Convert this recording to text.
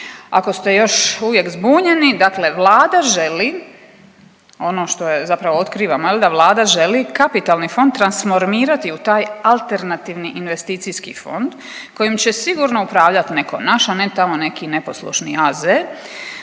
Ako ste još uvijek zbunjeni, dakle Vlada želi ono što je, zapravo otkrivamo jel da Vlada želi kapitalni fond transformirati u taj alternativni investicijski fond kojim će sigurno upravljati netko naš, a ne tamo neki neposlušni AZ.